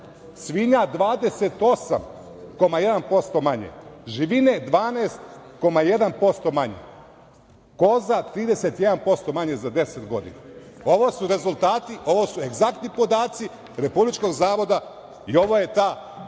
svinja 28,1% manje, živine 12,1% manje, koza – 31% manje za 10 godina. Ovo su rezultati, ovu se egzaktni podaci Republičkog zavoda i ovo taj rezultat